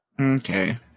Okay